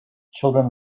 children